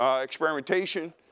experimentation